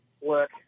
work